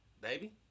baby